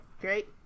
great